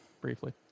Briefly